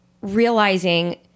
realizing